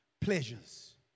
pleasures